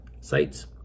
sites